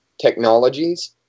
Technologies